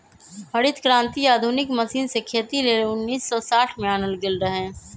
हरित क्रांति आधुनिक मशीन से खेती लेल उन्नीस सौ साठ में आनल गेल रहै